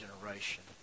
generation